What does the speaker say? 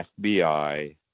FBI